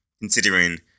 considering